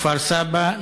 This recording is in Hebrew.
כפר-סבא,